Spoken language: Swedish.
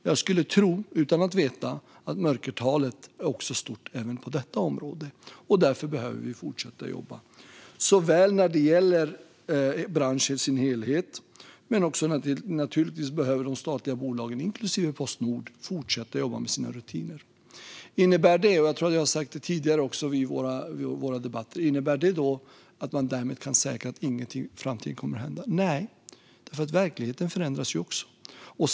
Jag skulle tro - utan att veta - att mörkertalet är stort även på detta område. Därför behöver vi fortsätta att jobba när det gäller branschen i sin helhet. Men naturligtvis behöver även de statliga bolagen, inklusive Postnord, fortsätta att jobba med sina rutiner. Jag tror att jag har sagt detta tidigare i våra debatter: Innebär det då att man därmed kan säkra att ingenting kommer att hända i framtiden? Nej, för verkligheten förändras också.